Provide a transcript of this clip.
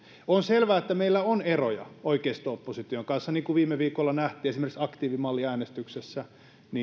on selvää että meillä on eroja oikeisto opposition kanssa niin kuin viime viikolla nähtiin esimerkiksi aktiivimalliäänestyksessä